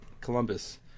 Columbus